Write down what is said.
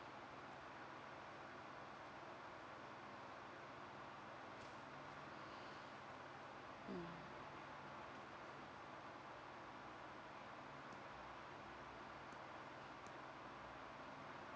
mm